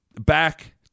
back